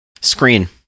screen